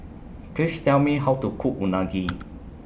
Please Tell Me How to Cook Unagi